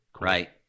right